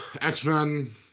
x-men